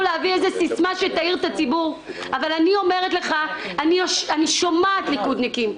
להביא סיסמה שתעיר את הציבור אבל אני שומעת ליכודניקים,